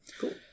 cool